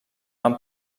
van